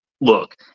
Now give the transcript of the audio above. Look